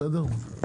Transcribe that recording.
בסדר?